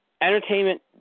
Entertainment